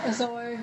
as a wife